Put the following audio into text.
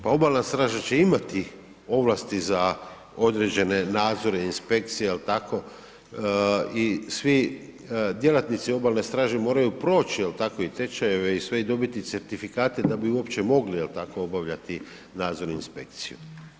Pa obalna straža će imati ovlasti za određene nadzore inspekcije jel tako i svi djelatnici obalne straže moraju proći jel tako i tečajeve i sve i dobiti certifikate da bi uopće mogli jel tako obavljati nadzor i inspekciju.